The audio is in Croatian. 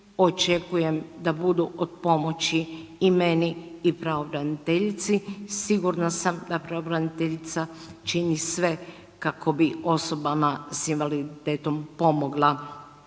očekujem da budu od pomoći i meni i pravobraniteljici. Sigurna sam da pravobraniteljica čini sve kako bi osobama s invaliditetom pomogla